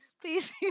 Please